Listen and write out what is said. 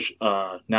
now